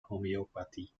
homeopathie